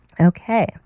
okay